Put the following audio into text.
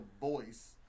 voice